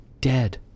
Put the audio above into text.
Dead